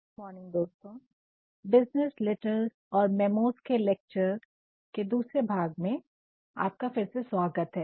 good morning दोस्तों business letters और memos के लेक्चर के दूसरे भाग में आपका फिर से स्वागत है